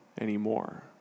anymore